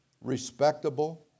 respectable